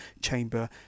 Chamber